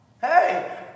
hey